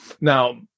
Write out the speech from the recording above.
Now